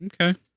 Okay